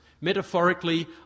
metaphorically